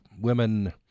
women